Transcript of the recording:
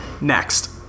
Next